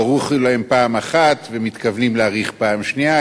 הוארכה להם פעם אחת, ומתכוונים להאריך פעם שנייה.